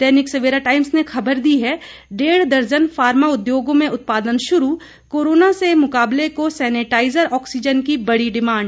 दैनिक Savera Times ने खबर दी है डेढ़ दर्जन फार्मा उद्योगों में उत्पादन शुरू कोरोना से मुकाबले को सेनेटाइजर ऑक्सीजन की बड़ी डिमांड